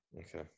Okay